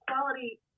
quality